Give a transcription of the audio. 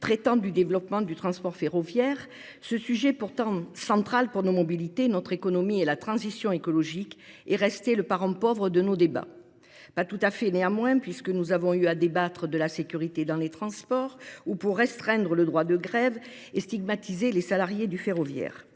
traitant du développement du transport ferroviaire, ce sujet pourtant central pour nos mobilités, notre économie et la transition écologique est resté le parent pauvre de nos débats. Pas tout à fait néanmoins puisque nous avons eu à débattre de la sécurité dans les transports ou pour restreindre le droit de grève et stigmatiser les salariés du ferroviaire.